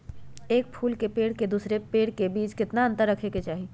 एक फुल के पेड़ के दूसरे पेड़ के बीज केतना अंतर रखके चाहि?